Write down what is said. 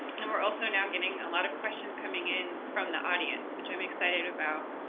and we're also now getting a lot of questions coming in from the audience, which i'm excited about.